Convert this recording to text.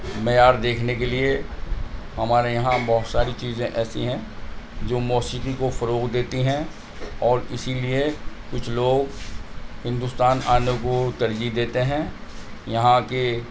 معیار دیکھنے کے لیے ہمارے یہاں بہت ساری چیزیں ایسی ہیں جو موسیقی کو فروغ دیتی ہیں اور اسی لیے کچھ لوگ ہندوستان آنے کو ترجیح دیتے ہیں یہاں آ کے